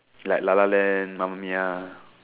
like lah lah land Mamma Mia